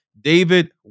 David